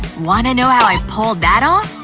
wanna know how i pulled that off?